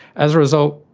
as a result,